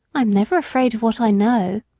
i am never afraid of what i know.